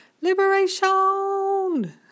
Liberation